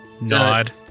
nod